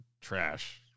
trash